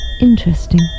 interesting